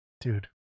Dude